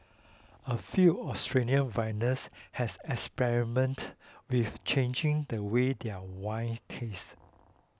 a few Australian vintners has experimented with changing the way their wines taste